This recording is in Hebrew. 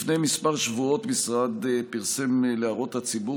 לפני כמה שבועות המשרד פרסם להערות הציבור